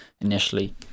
initially